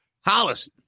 Hollis